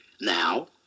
Now